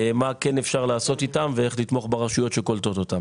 מה כן אפשר לעשות איתם ואיך לתמוך ברשויות שקולטות אותם.